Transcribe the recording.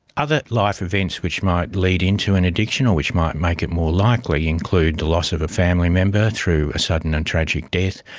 other life events which might lead into an addiction or which might make it more likely include the loss of a family member through a sudden and tragic death,